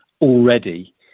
already